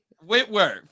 Whitworth